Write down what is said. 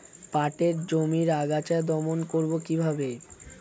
পাটের জমির আগাছা দমন করবো কিভাবে?